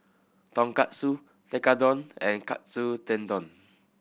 Tonkatsu Tekkadon and Katsu Tendon